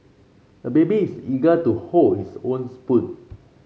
the baby is eager to hold his own spoon